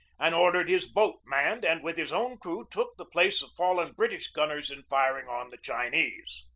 and or dered his boat manned, and with his own crew took the place of fallen british gunners in firing on the chinese.